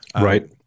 right